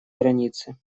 границе